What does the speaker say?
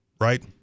right